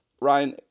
Ryan